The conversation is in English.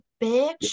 bitch